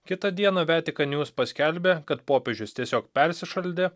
kitą dieną vetikan njus paskelbė kad popiežius tiesiog persišaldė